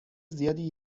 زیادی